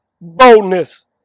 boldness